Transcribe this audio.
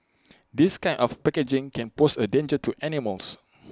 this kind of packaging can pose A danger to animals